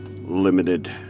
limited